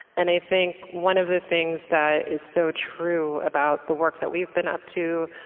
and i think one of the things that is so true about the work that we've been up to,